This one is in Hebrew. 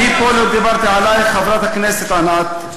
אני פה לא דיברתי עלייך, חברת הכנסת ענת.